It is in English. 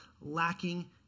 lacking